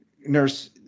Nurse